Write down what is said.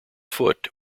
foot